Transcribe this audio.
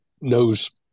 knows